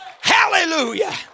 Hallelujah